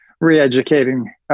re-educating